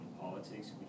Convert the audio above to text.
politics